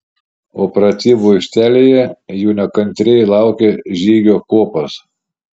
o pratybų aikštelėje jų nekantriai laukė žygio kuopos